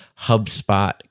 HubSpot